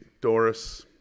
Doris